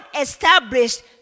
established